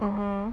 mmhmm